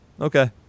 Okay